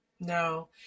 No